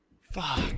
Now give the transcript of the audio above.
Fuck